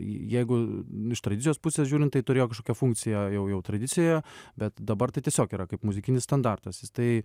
jeigu iš tradicijos pusės žiūrint tai turėjo kažkokią funkciją jau jau tradicija bet dabar tai tiesiog yra kaip muzikinis standartas jis tai